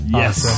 yes